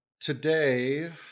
today